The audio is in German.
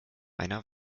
einer